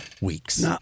weeks